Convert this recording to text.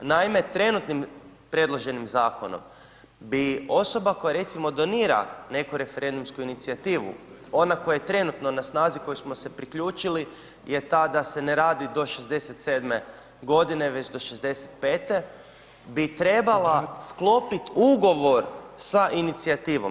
Naime trenutnim predloženim zakonom bi osoba koja recimo donira neku referendumsku inicijativu, ona koja je trenutno na snazi, kojoj smo se priključili je ta da se ne radi do 67. g. već do 65 bi trebala sklopit ugovor sa inicijativom.